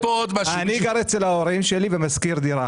אז אני גר אצל ההורים שלי ומשכיר דירה.